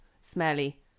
smelly